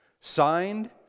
signed